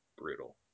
brutal